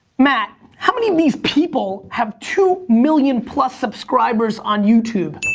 matt, how many of these people have two million plus subscribers on youtube?